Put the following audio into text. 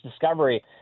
Discovery